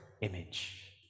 image